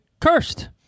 cursed